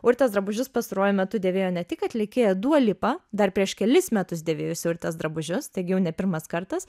urtės drabužius pastaruoju metu dėvėjo ne tik atlikėja dua lipa dar prieš kelis metus devėjusi urtės drabužius taigi jau ne pirmas kartas